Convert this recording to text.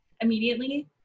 immediately